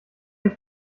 ich